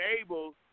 able